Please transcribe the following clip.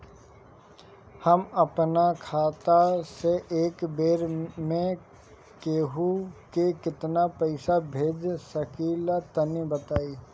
हम आपन खाता से एक बेर मे केंहू के केतना पईसा भेज सकिला तनि बताईं?